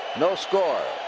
no score.